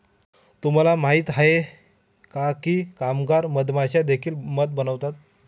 तुम्हाला माहित आहे का की कामगार मधमाश्या देखील मध बनवतात?